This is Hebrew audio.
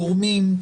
גורמים,